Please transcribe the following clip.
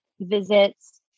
visits